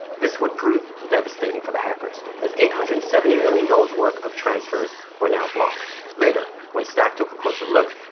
this would prove devastating for the hackers. as eight hundred and seventy million dollars worth of transfers were now blocked. later, when staff took a closer look,